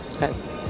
Yes